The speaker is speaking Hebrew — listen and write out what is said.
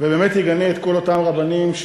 ובאמת יגנה את כל אותם רבנים,